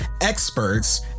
experts